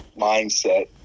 mindset